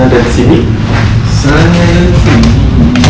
sana dan sini